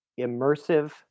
immersive